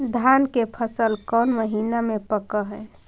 धान के फसल कौन महिना मे पक हैं?